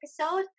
episode